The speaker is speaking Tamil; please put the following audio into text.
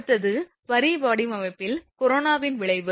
அடுத்தது வரி வடிவமைப்பில் கொரோனாவின் விளைவு